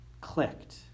clicked